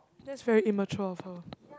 that's very immature of her